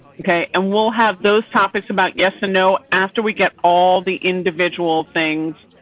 okay, and we'll have those topics about yes and no, after we get all the individual things.